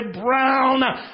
brown